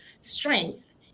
strength